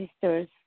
sisters